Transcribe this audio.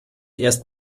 erst